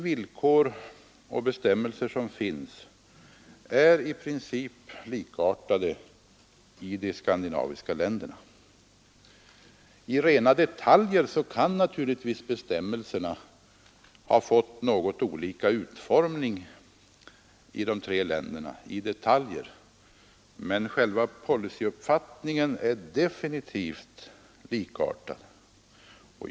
Villkoren och bestämmelserna är i princip likartade i de skandinaviska länderna. I rena detaljer kan naturligtvis bestämmelserna ha fått något olika utformning i de tre länderna, men själva policyuppfattningen är definitivt likartad.